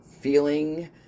feeling